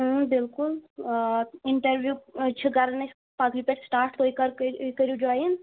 اۭں بِلکُل اِنٹروِو چھِ کران أسۍ پگنہٕ پٮ۪ٹھ سِٹاٹ تُہۍ کَرو جایِن